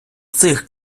цих